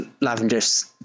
Lavender's